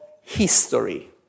history